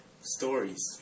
stories